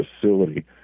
facility